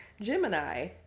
Gemini